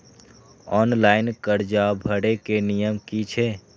Online कर्जा भरे के नियम की छे?